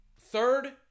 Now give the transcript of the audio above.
third